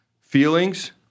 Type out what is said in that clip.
feelings